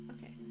Okay